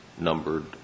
numbered